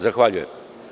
Zahvaljujem.